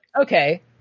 Okay